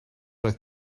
roedd